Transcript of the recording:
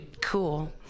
cool